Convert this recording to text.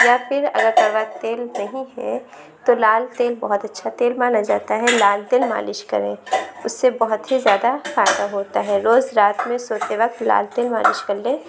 یا پھر اگر کڑوا تیل نہیں ہے تو لال تیل بہت اچھا تیل مانا جاتا ہے لال تیل مالش کریں اس سے بہت ہی زیادہ فائدہ ہوتا ہے روز رات میں سوتے وقت لال تیل مالش کرلیں